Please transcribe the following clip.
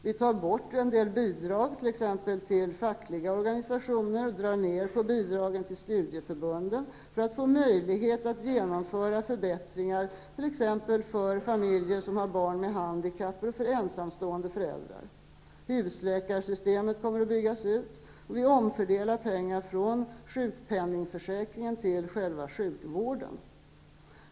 Vi tar bort en del bidrag till t.ex. fackliga organisationer och drar ner på bidragen till studieförbunden för att få möjlighet att genomföra förbättringar t.ex. för familjer som har barn med handikapp och för ensamstående föräldrar. Husläkarsystemet kommer att byggas ut. Vi omfördelar pengar från sjukpenningförsäkringen till själva sjukvården.